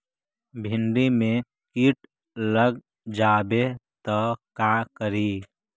भिन्डी मे किट लग जाबे त का करि?